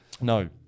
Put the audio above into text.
No